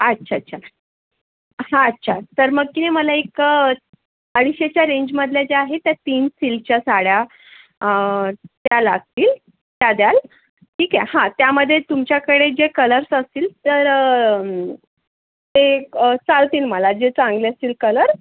अच्छाच्छा हा अच्छा तर मग ती मला एक अडीचशेच्या रेंजमधल्या ज्या आहेत त्या तीन सिल्कच्या साड्या त्या लागतील त्या द्याल ठीक आहे हा त्यामध्ये तुमच्याकडे जे कलर्स असतील तर ते चालतील मला जे चांगले असतील कलर